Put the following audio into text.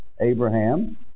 Abraham